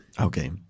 Okay